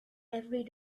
every